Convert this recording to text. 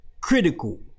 critical